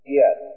yes